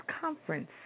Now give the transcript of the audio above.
Conference